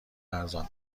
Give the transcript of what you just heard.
ارزان